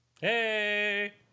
Hey